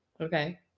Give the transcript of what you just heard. Okay